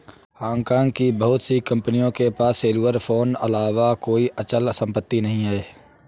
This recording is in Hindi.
हांगकांग की बहुत सी कंपनियों के पास सेल्युलर फोन अलावा कोई अचल संपत्ति नहीं है